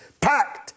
packed